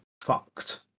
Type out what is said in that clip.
fucked